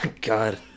God